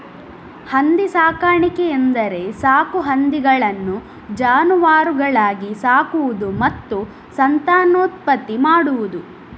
ಹಂದಿ ಸಾಕಾಣಿಕೆ ಎಂದರೆ ಸಾಕು ಹಂದಿಗಳನ್ನು ಜಾನುವಾರುಗಳಾಗಿ ಸಾಕುವುದು ಮತ್ತು ಸಂತಾನೋತ್ಪತ್ತಿ ಮಾಡುವುದು